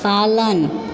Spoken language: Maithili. पालन